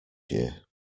year